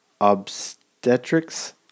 obstetrics